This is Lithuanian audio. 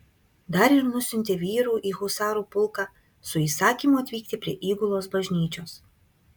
dar ir nusiuntė vyrų į husarų pulką su įsakymu atvykti prie įgulos bažnyčios